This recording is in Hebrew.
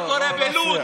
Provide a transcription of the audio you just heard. לא קורה בלוד,